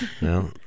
No